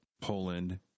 Poland